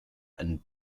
and